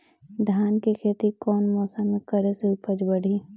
धान के खेती कौन मौसम में करे से उपज बढ़ी?